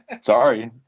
Sorry